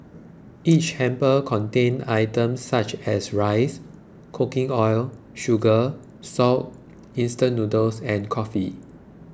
each hamper contained items such as rice cooking oil sugar salt instant noodles and coffee